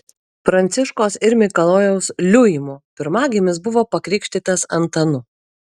pranciškos ir mikalojaus liuimų pirmagimis buvo pakrikštytas antanu